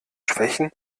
schwächen